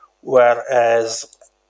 whereas